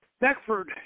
Beckford